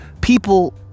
people